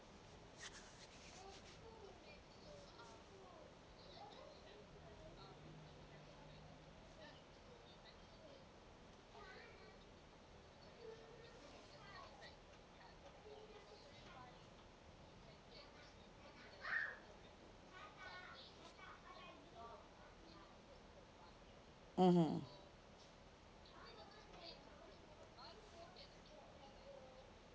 mmhmm